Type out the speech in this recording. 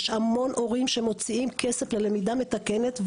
יש המון הורים שמוציאים כסף ללמידה מתקנת,